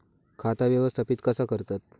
खाता व्यवस्थापित कसा करतत?